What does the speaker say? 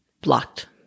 blocked